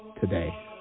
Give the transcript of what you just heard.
today